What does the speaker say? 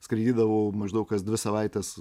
skraidydavau maždaug kas dvi savaites